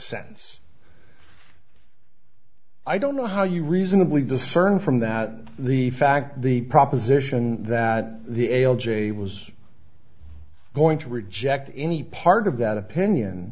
sense i don't know how you reasonably discern from that the fact the proposition that the ale j was going to reject any part of that opinion